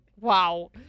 Wow